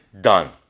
done